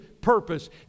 purpose